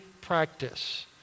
practice